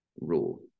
rule